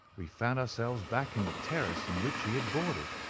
we found ourselves back in the terrace in which he had boarded.